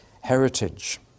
heritage